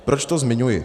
Proč to zmiňuji.